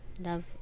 love